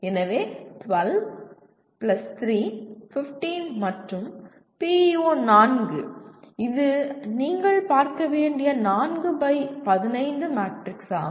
எனவே 12 3 15 மற்றும் PEO 4 இது நீங்கள் பார்க்க வேண்டிய 4 பை 15 மேட்ரிக்ஸ் ஆகும்